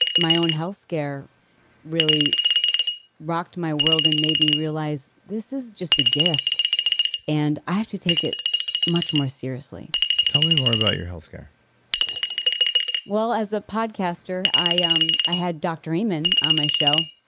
my own health scare really rocked my world and made me realize this is just a gift and i have to take it much more seriously tell me more about your health scare well as a podcaster i ah um i had dr. amen on my show.